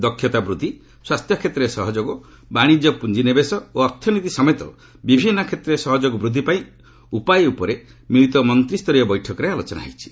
ଦକ୍ଷତା ବୃଦ୍ଧି ସ୍ୱାସ୍ଥ୍ୟ କ୍ଷେତ୍ରରେ ସହଯୋଗ ବାଣିଜ୍ୟ ପୁଞ୍ଜିନିବେଶ ଓ ଅର୍ଥନୀତି ସମେତ ବିଭିନ୍ନ କ୍ଷେତ୍ରରେ ସହଯୋଗ ବୃଦ୍ଧି ପାଇଁ ଉପାୟ ଉପରେ ମିଳିତ ମନ୍ତ୍ରୀଷ୍ଠରୀୟ ବୈଠକରେ ଆଲୋଚନା ହୋଇଛି